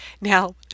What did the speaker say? Now